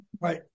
right